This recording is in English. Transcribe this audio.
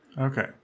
Okay